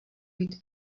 být